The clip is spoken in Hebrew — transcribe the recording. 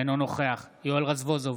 אינו נוכח יואל רזבוזוב,